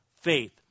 faith